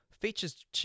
Features